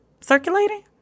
circulating